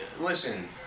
listen